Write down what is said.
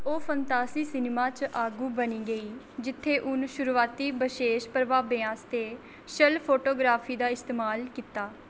ओह् fantasy cinema च आगू बनी गेई जित्थै उन्न शुरुआती बशेश प्रभावें आस्तै छल फोटोग्राफी दा इस्तमाल कीता